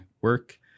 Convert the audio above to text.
work